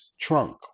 trunk